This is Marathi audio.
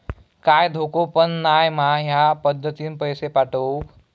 काय धोको पन नाय मा ह्या पद्धतीनं पैसे पाठउक?